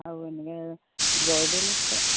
আৰু এনেকৈ জয়দৌল আছে